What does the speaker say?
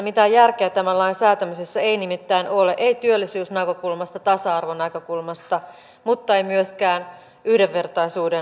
mitään järkeä tämän lain säätämisessä ei nimittäin ole ei työllisyysnäkökulmasta tasa arvon näkökulmasta mutta ei myöskään yhdenvertaisuuden näkökulmasta